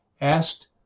asked